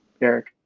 Eric